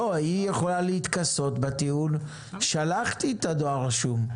היא יכולה להתכסות בטיעון ולומר שלחתי את הדואר רשום,